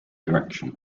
direction